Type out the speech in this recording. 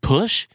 Push